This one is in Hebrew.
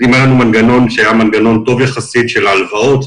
קיבלנו מנגנון שהיה מנגנון טוב יחסית של הלוואות,